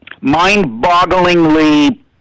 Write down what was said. mind-bogglingly